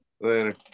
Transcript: Later